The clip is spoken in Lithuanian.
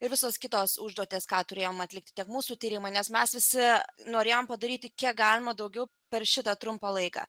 ir visos kitos užduotis ką turėjom atlikti tiek mūsų tyrimų nes mes visi norėjom padaryti kiek galima daugiau per šitą trumpą laiką